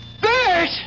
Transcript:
Bert